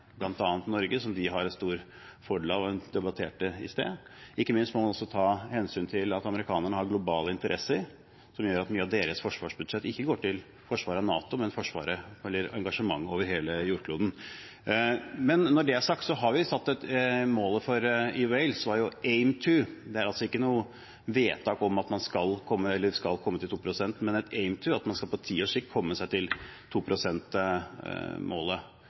bl.a. Norge, som de har stor fordel av, og som vi debatterte i sted. Ikke minst må man også ta hensyn til at amerikanerne har globale interesser som gjør at mye av deres forsvarsbudsjett ikke går til forsvar av NATO, men til engasjement over hele jordkloden. Når det er sagt, var målet i Wales «aim to». Det er altså ikke noe vedtak om at man skal komme til 2 pst., men et «aim to» – at man på ti års sikt skal nå 2 pst.-målet. Men jeg ser frem til det alternative statsbudsjettet fra Senterpartiet, for når Senterpartiet sier at vi skal komme til